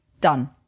Done